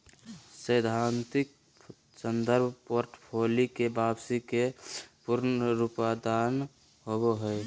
सैद्धांतिक संदर्भ पोर्टफोलि के वापसी के पुनरुत्पादन होबो हइ